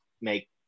make